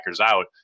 out